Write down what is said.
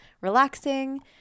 relaxing